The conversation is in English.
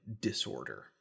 disorder